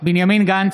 בנימין גנץ,